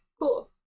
cool